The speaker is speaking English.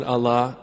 Allah